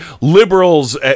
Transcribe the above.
liberals